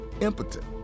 impotent